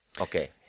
Okay